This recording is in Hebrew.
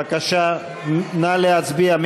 בבקשה, נא להצביע.